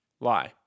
Lie